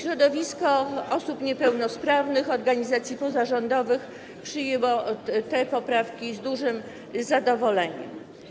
Środowisko osób niepełnosprawnych, organizacji pozarządowych przyjęło te poprawki z dużym zadowoleniem.